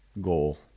goal